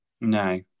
no